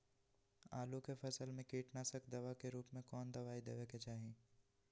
आलू के फसल में कीटनाशक दवा के रूप में कौन दवाई देवे के चाहि?